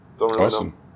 Awesome